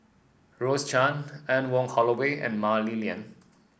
Rose Chan Anne Wong Holloway and Mah Li Lian